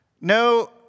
No